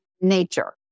nature